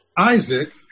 Isaac